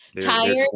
tired